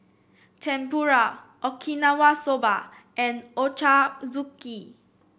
Tempura Okinawa Soba and Ochazuke